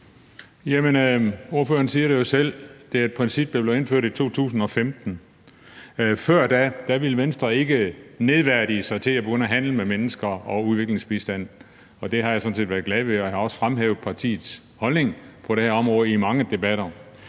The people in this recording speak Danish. ordføreren siger det jo selv: Det er et princip, der blev indført i 2015. Før det ville Venstre ikke nedværdige sig til at begynde at handle med mennesker og udviklingsbistand. Og det har jeg sådan set været glad ved, og jeg har også fremhævet partiets holdning på det her område i mange debatter.